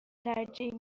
ترجیح